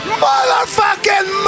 motherfucking